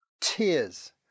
Tears